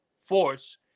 force